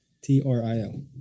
T-R-I-L